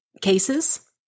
cases